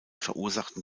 verursachten